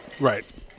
Right